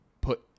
put